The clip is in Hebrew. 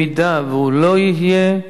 אם הוא לא יהיה,